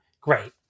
Great